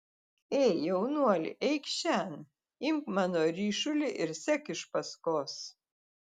ei jaunuoli eikš šen imk mano ryšulį ir sek iš paskos